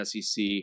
SEC